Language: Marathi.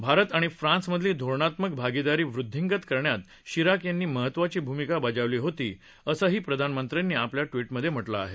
भारत आणि फ्रान्समधली धोरणात्मक भागीदारी वृद्वींगत करण्यात शिराक यांनी महत्वाची भूमिका बजावली होती असंही प्रधानमंत्र्यांनी आपल्या ट्विटमध्ये म्हटलं आहे